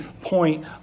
point